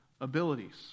abilities